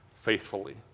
faithfully